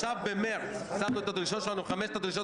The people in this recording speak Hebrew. בהמשך לדברים שנאמרו יש פה עוד סוגיה מאוד רצינית,